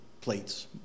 plates